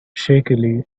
shakily